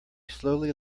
slowly